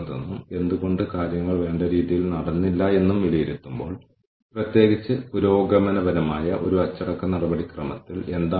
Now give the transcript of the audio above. ഇപ്പോൾ എനിക്ക് അത്തരം പിന്തുണയുണ്ടെങ്കിൽ സങ്കീർണ്ണമായ എന്തെങ്കിലും ഉപയോഗിക്കാനുള്ള എന്റെ സന്നദ്ധത ഗണ്യമായി വർദ്ധിക്കും